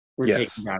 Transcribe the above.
Yes